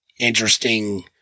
interesting